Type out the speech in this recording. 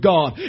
God